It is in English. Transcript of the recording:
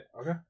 Okay